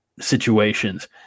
situations